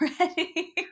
already